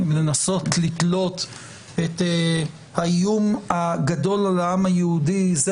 לנסות לתלות את האיום הגדול על העם היהודי זה